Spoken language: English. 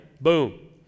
Boom